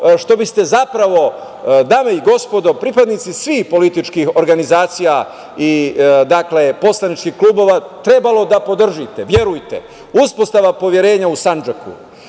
što biste zapravo, dame i gospodo, pripadnici svih političkih organizacija i poslaničkih klubova trebalo da podržite. Verujte, uspostava poverenja u Sandžaku,